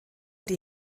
die